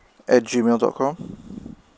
at gmail dot com